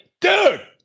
dude